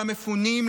למפונים,